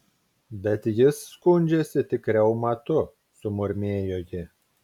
bet jis skundžiasi tik reumatu sumurmėjo ji